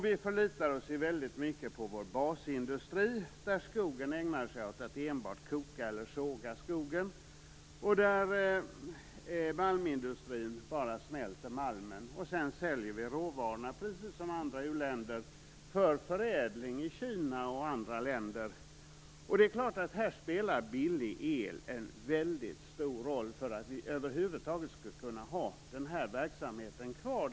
Vi förlitar oss väldigt mycket på vår basindustri, där skogsindustrin ägnar sig åt att enbart koka eller såga skogen, och där malmindustrin enbart smälter malmen. Sedan säljer vi råvarorna precis som andra u-länder för förädling i Kina och andra länder. Det är klart att billig el här spelar en väldigt stor roll för att vi över huvud taget skall kunna ha den här verksamheten kvar.